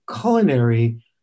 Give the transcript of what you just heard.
culinary